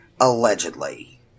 allegedly